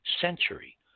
century